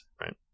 right